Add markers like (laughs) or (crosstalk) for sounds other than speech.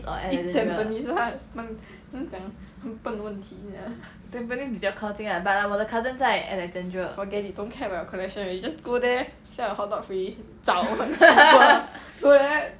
eh tampines [what] 这很像很笨的问题这样 forget it don't care about your collection already just go there get a hotdog free zao (laughs) simple [what]